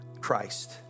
Christ